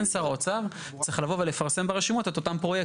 כן שר האוצר צריך לבוא ולפרסם ברשומות את אותם פרויקטים.